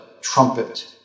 trumpet